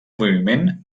moviment